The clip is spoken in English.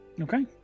Okay